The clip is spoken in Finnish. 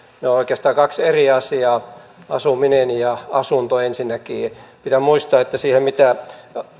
ovat oikeastaan kaksi eri asiaa asuminen ja asunto pitää muistaa että